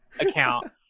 account